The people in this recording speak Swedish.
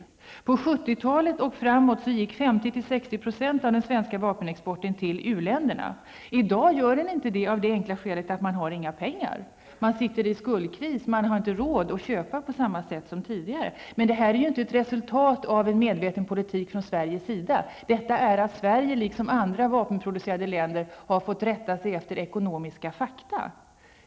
Under 1970-talet och framåt gick 50--60 % av den svenska vapenexporten till uländerna. Det gör den inte i dag av det enkla skälet att man inte har några pengar. Man sitter i skuldkris. Man har inte råd att köpa på samma sätt som tidigare. Men detta är ju inte ett resultat av en medveten politik från Sveriges sida. Sverige har, liksom andra vapenproducerande länder, fått rätta sig efter ekonomiska fakta.